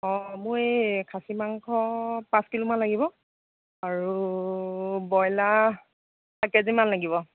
অঁ মোৰ এই খাচী মাংস পাঁচ কিলো মান লগিব আৰু বইলাৰ এক কেজি মান লাগিব